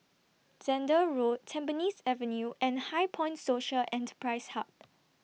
Zehnder Road Tampines Avenue and HighPoint Social Enterprise Hub